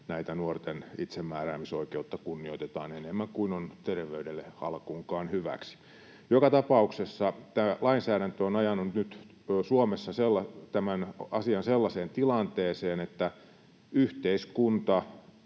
että nuorten itsemääräämisoikeutta kunnioitetaan enemmän kuin on terveydelle alkuunkaan hyväksi. Joka tapauksessa tämä lainsäädäntö on ajanut nyt Suomessa tämän asian sellaiseen tilanteeseen, että yhteiskunta